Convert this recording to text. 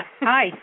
Hi